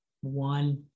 one